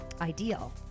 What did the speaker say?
ideal